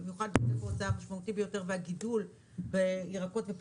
במיוחד במקום המשמעותי ביותר והגידול בפירות וירקות,